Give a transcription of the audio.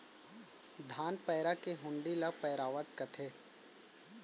धान पैरा के हुंडी ल पैरावट कथें